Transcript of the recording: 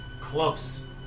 close